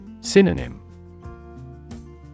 Synonym